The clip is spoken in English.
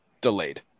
delayed